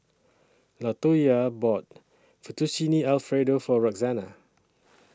Latoyia bought Fettuccine Alfredo For Roxana